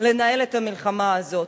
לנהל את המלחמה הזאת.